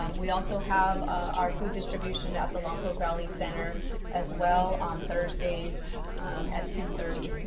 um we also have our food distribution at the lompoc valley center as well on thursdays at two thirty